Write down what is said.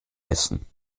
essen